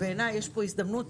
בעיניי יש פה הזדמנות